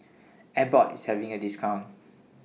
Abbott IS having A discount